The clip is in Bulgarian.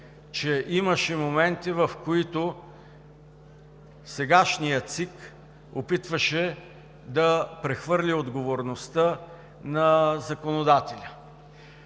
че имаше моменти, в които сегашният ЦИК опитваше да прехвърли отговорността на законодателя.